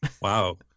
Wow